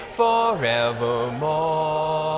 forevermore